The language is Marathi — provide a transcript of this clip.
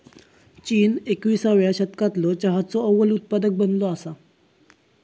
चीन एकविसाव्या शतकालो चहाचो अव्वल उत्पादक बनलो असा